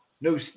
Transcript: No